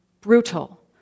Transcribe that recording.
brutal